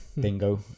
bingo